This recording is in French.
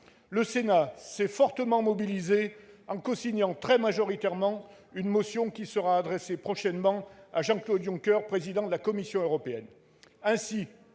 Le Sénat s'est mobilisé fortement en cosignant très majoritairement une motion qui sera adressée prochainement à Jean-Claude Juncker, président de la Commission européenne.